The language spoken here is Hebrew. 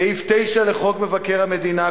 סעיף 9 לחוק מבקר המדינה,